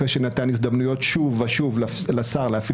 אחרי שנתן הזדמנויות שוב ושוב לשר להפעיל